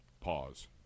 Pause